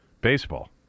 baseball